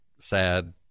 sad